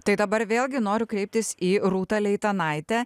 tai dabar vėlgi noriu kreiptis į rūtą leitenaitę